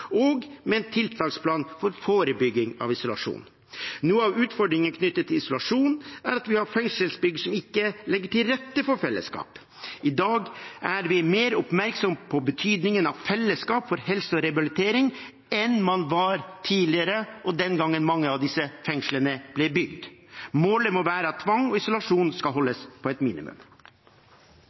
og med en tiltaksplan for forebygging av isolasjon. Noe av utfordringen knyttet til isolasjon er at vi har fengselsbygg som ikke legger til rette for fellesskap. I dag er vi mer oppmerksomme på betydningen av fellesskap for helse og rehabilitering enn man var tidligere og den gangen mange av disse fengslene ble bygd. Målet må være at tvang og isolasjon skal holdes på et minimum.